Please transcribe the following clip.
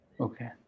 okay